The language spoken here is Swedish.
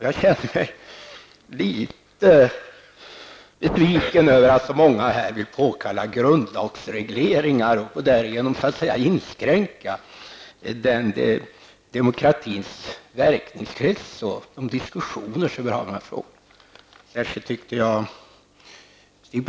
Jag känner mig litet besviken över att så många här vill påkalla grundlagsregleringar och därigenom inskränka demokratins verkningskrets och de diskussioner vi för kring dessa frågor.